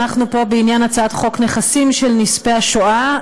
אנחנו פה בעניין הצעת חוק נכסים של נספי השואה.